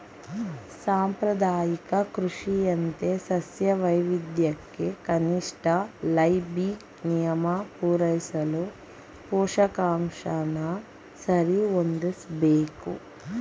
ಸಾಂಪ್ರದಾಯಿಕ ಕೃಷಿಯಂತೆ ಸಸ್ಯ ವೈವಿಧ್ಯಕ್ಕೆ ಕನಿಷ್ಠ ಲೈಬಿಗ್ ನಿಯಮ ಪೂರೈಸಲು ಪೋಷಕಾಂಶನ ಸರಿಹೊಂದಿಸ್ಬೇಕು